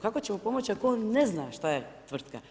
Kako ćemo pomoći ako on ne zna šta je tvrtka?